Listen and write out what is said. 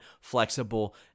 flexible